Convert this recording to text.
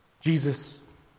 Jesus